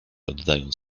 oddając